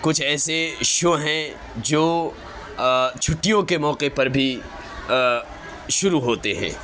کچھ ایسے شو ہیں جو چھٹیوں کے موقعے پر بھی شروع ہوتے ہیں